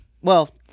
Well-